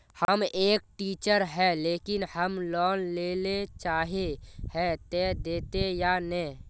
हम एक टीचर है लेकिन हम लोन लेले चाहे है ते देते या नय?